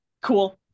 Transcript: Cool